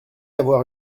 avoir